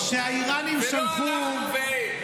זה לא אנחנו והם.